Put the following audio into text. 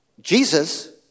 Jesus